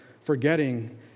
forgetting